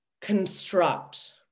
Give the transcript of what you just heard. construct